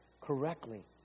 correctly